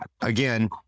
again